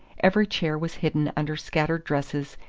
every chair was hidden under scattered dresses,